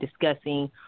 discussing